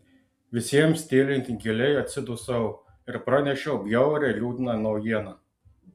visiems tylint giliai atsidusau ir pranešiau bjaurią liūdną naujieną